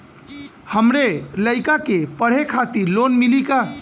हमरे लयिका के पढ़े खातिर लोन मिलि का?